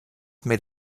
made